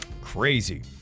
Crazy